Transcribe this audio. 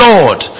Lord